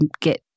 get